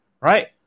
Right